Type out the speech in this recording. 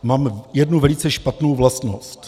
Mám jednu velice špatnou vlastnost.